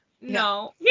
No